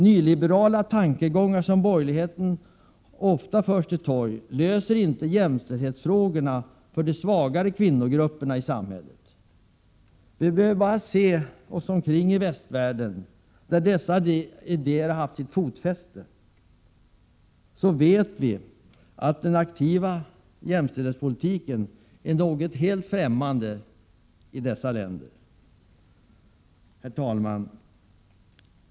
Nyliberala tankegångar, som borgerligheten ofta för till torgs, löser inte jämställdhetsproblemen för de svagare kvinnogrupperna i samhället. Vi behöver bara se oss omkring i de länder i västvärlden där dessa idéer har haft fotfäste — den aktiva jämställdhetspolitiken är där något helt främmande. Herr talman!